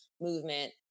movement